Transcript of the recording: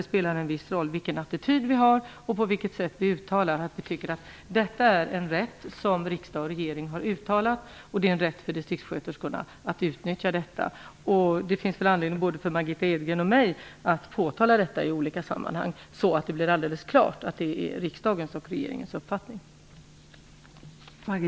Här spelar det en viss roll vilken attityd vi har och på vilket sätt vi uttalar att detta är en rätt som riksdag och regering har beslutat om och att det är en rätt för distriktssköterskorna att utnyttja denna möjlighet. Det finns anledning för både Margitta Edgren och mig att påtala detta i olika sammanhang, så att det blir alldeles klart vilken uppfattning riksdagen och regeringen har.